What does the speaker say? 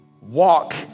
Walk